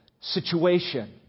situation